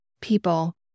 people